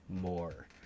more